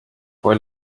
poi